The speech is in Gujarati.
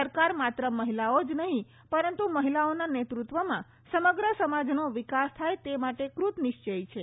સરકાર માત્ર મહિલાઓ જ નહીં પરંતુ મહિલાઓના નેતૃત્વમાં સમગ્ર સમાજનો વિકાસ થાય તે માટે ક્રત નિશ્ચયી છે